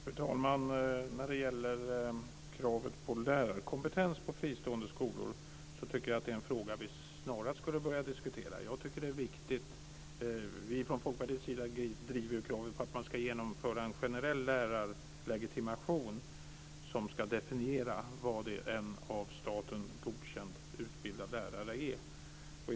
Fru talman! När det gäller kravet på lärarkompetens på fristående skolor tycker jag att det är en fråga som vi snarast borde börja diskutera. Jag tycker det är viktigt. Vi från Folkpartiets sida driver ju kravet på att man ska genomföra en generell lärarlegitimation som ska definiera vad en av staten godkänd utbildad lärare är.